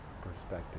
perspective